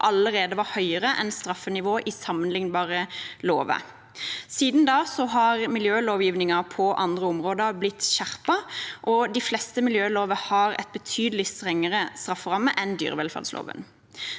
allerede var høyere enn straffenivået i sammenlignbare lover. Siden da har miljølovgivningen på andre områder blitt skjerpet og de fleste miljølover har en betydelig strengere strafferamme enn dyrevelferdsloven.